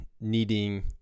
needing